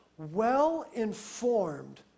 Well-informed